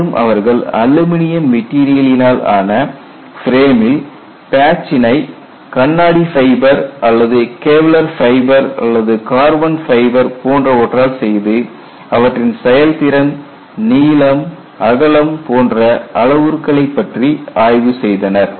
மேலும் அவர்கள் அலுமினியம் மெட்டீரியலினால் ஆன பிரேமில் பேட்ச் சினை கண்ணாடி ஃபைபர் அல்லது கெவ்லர் ஃபைபர் அல்லது கார்பன் ஃபைபர் போன்றவற்றால் செய்து அவற்றின் செயல்திறன் நீளம் அகலம் போன்ற அளவுருக்களை பற்றி ஆய்வு செய்தனர்